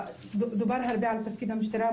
דובר הרבה על תפקיד המשטרה,